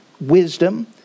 wisdom